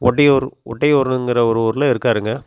ஒட்டியூர் ஒட்டையூருங்குற ஒரு ஊரில் இருக்காருங்க